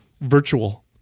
virtual